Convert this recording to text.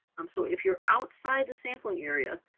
um so if you're outside the sampling area,